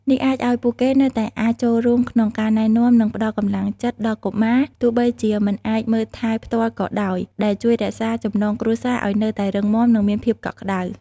នេះអាចឱ្យពួកគេនៅតែអាចចូលរួមក្នុងការណែនាំ និងផ្ដល់កម្លាំងចិត្តដល់កុមារ ទោះបីជាមិនអាចមើលថែផ្ទាល់ក៏ដោយ ដែលជួយរក្សាចំណងគ្រួសារឱ្យនៅតែរឹងមាំ និងមានភាពកក់ក្ដៅ។